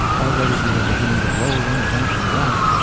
already we are beginning to roll in eventual wealth.